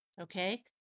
Okay